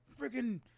freaking